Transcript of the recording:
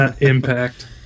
Impact